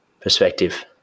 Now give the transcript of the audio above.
perspective